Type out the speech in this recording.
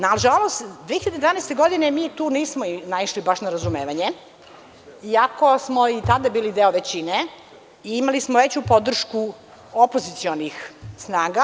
Nažalost 2011. godine mi tu nismo naišli na razumevanje iako smo i tada bili deo većine i imali smo veću podršku opozicionih snaga.